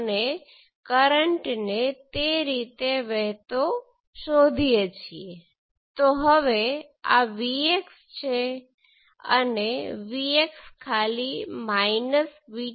પરંતુ current source I1 સાથે સર્કિટનું એનાલિસિસ કરવા દો